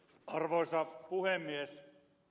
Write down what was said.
arvoisa puhemies